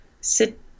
sit